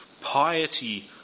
piety